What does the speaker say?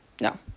No